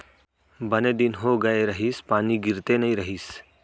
बने दिन हो गए रहिस, पानी गिरते नइ रहिस